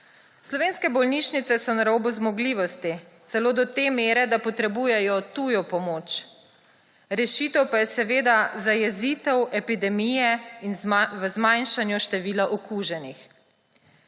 Slovenske bolnišnice so na robu zmogljivosti, celo do te mere, da potrebujejo tujo pomoč. Rešitev pa je seveda zajezitev epidemije z zmanjšanjem števila okuženih.